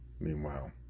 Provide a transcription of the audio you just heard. Meanwhile